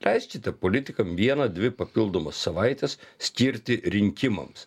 leiskite politikam vieną dvi papildomas savaites skirti rinkimams